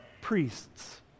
priests